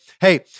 Hey